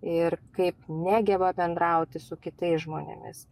ir kaip negeba bendrauti su kitais žmonėmis